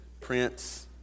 Prince